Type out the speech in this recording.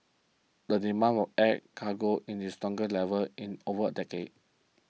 the demand air cargo in it's stronger level in over decade